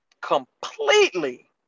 Completely